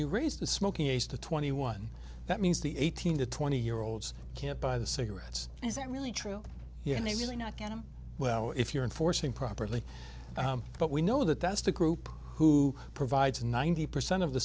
you raise the smoking age to twenty one that means the eighteen to twenty year olds can't buy the cigarettes is that really true here and they really not get them well if you're in forcing properly but we know that that's the group who provides ninety percent of the